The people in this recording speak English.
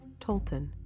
Tolton